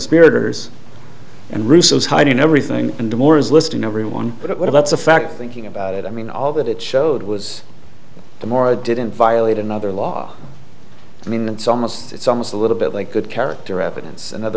coconspirators and russo is hiding everything and more is listing everyone but what about the fact thinking about it i mean all that it showed was the more it didn't violate another law i mean it's almost it's almost a little bit like good character evidence in other